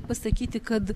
pasakyti kad